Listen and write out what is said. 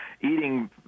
eating